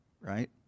Right